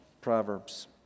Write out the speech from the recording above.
Proverbs